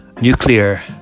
Nuclear